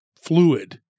fluid